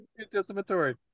Anticipatory